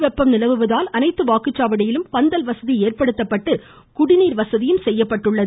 கடும் வெப்பம் நிலவுவதால் அனைத்து வாக்குச்சாவடியிலும் பந்தல் வசதி ஏற்படுத்தப்பட்டு குடிநீர் வசதியும் செய்யப்பட்டுள்ளது